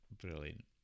brilliant